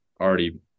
already